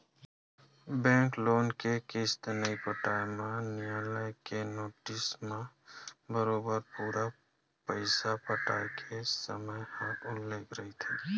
bank loan के किस्ती नइ पटाए म नियालय के नोटिस म बरोबर पूरा पइसा पटाय के समे ह उल्लेख रहिथे